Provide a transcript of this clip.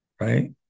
right